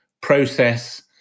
process